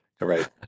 Right